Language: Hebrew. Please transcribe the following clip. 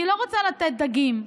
אני לא רוצה לתת דגים,